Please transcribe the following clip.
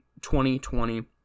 2020